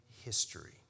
history